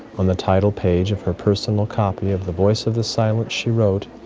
on the title page of her personal copy of the voice of the silence she wrote,